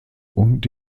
und